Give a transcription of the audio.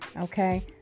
okay